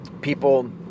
people